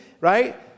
right